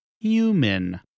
human